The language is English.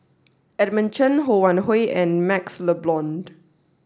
Edmund Chen Ho Wan Hui and MaxLe Blond